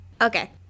Okay